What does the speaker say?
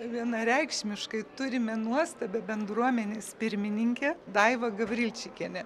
vienareikšmiškai turime nuostabią bendruomenės pirmininkę daivą gavrilčikienę